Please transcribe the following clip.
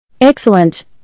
Excellent